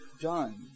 done